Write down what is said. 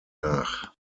nach